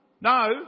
no